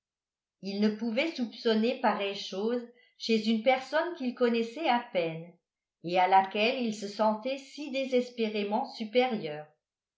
il ne pouvait soupçonner pareille chose chez une personne qu'il connaissait à peine et à laquelle il se sentait si désespérément supérieur